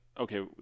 okay